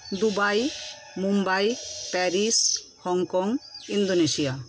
Dubai Mumbai Paris Hong Kong Indonesia